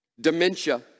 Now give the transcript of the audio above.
dementia